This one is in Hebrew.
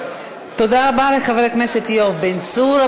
תודה רבה לחבר הכנסת יואב בן צור.